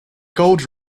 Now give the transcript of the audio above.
gold